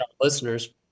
listeners